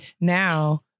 now